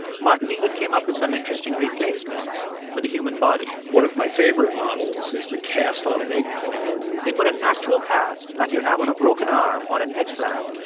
martin even came up with some interesting replacements for the human body one of my favorite models is the cast on an eggplant they put an actual cast, like you'd have on a broken arm, on an eggplant.